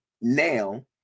now